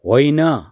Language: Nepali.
होइन